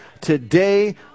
today